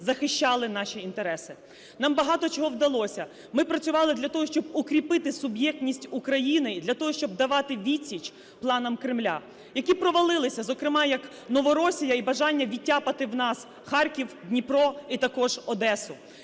захищали наші інтереси. Нам багато чого вдалося. Ми працювали для того, щоб укріпити суб’єктність України, для того, щоб давати відсіч планами Кремля, які провалилися, зокрема як Новоросія і бажання відтяпати в нас Харків, Дніпро і також Одесу.